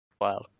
Wow